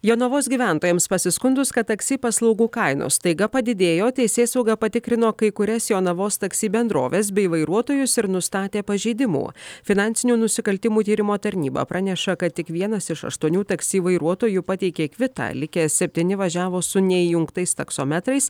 jonavos gyventojams pasiskundus kad taksi paslaugų kainos staiga padidėjo teisėsauga patikrino kai kurias jonavos taksi bendroves bei vairuotojus ir nustatė pažeidimų finansinių nusikaltimų tyrimo tarnyba praneša kad tik vienas iš aštuonių taksi vairuotojų pateikė kvitą likę septyni važiavo su neįjungtais taksometrais